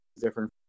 different